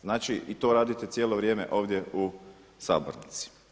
Znači i to radite cijelo vrijeme ovdje u sabornici.